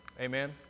Amen